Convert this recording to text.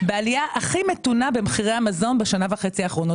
בעלייה הכי מתונה במחירי המזון בשנה וחצי האחרונות.